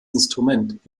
instrument